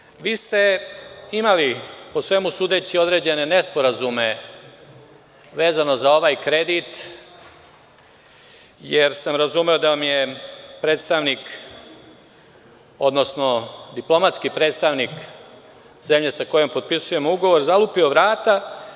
Gospodine Antiću, vi ste imali po svemu sudeći određene nesporazume vezano za ovaj kredit jer sam razumeo da vam je predstavnik, odnosno diplomatski predstavnik zemlje sa kojom potpisujemo ugovor, zalupio vrata.